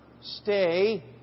stay